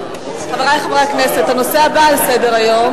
חברי חברי הכנסת, הנושא הבא על סדר-היום: